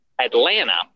Atlanta